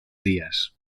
días